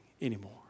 anymore